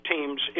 teams